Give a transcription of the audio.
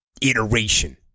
iteration